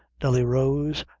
nelly rose,